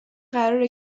قراره